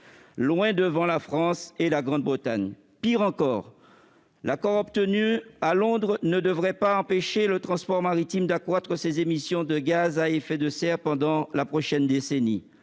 loin devant la France et la Grande-Bretagne. Pire encore, l'accord obtenu à Londres ne devrait pas empêcher le transport maritime d'accroître ses émissions de gaz à effet de serre pendant la prochaine décennie,